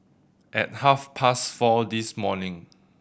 at half past four this morning